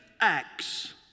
acts